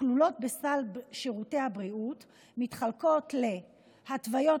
וכלולות בסל שירותי הבריאות מתחלקות להתוויות